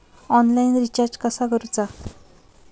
Online recharge कसा करूचा?